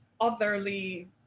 otherly